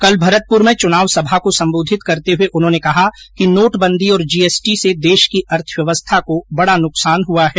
कल भरतपुर में चुनावी सभा को संबोधित करते हुए कहा कि नोटबंदी और जीएसटी से देश की अर्थव्यवस्था को बडा नुकसान हुआ है